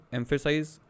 emphasize